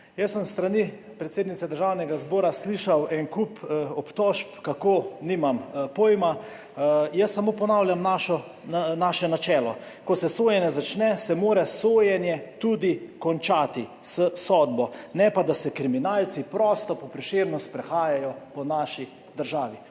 zbora. S strani predsednice Državnega zbora sem slišal en kup obtožb, kako nimam pojma. Jaz samo ponavljam naše načelo: ko se sojenje začne, se mora sojenje tudi končati s sodbo, ne pa da se kriminalci prosto po Prešernu sprehajajo po naši državi.